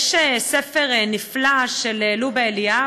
יש ספר נפלא של לובה אליאב,